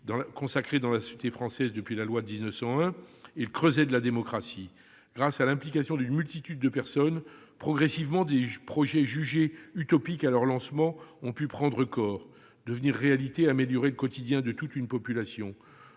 consacrée dans la société française depuis la loi de 1901, est le creuset de la démocratie. Grâce à l'implication d'une multitude de personnes, des projets jugés utopiques lors de leur lancement ont progressivement pu prendre corps, devenir réalité et améliorer le quotidien de toute une population.